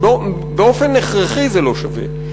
באופן הכרחי זה לא שווה.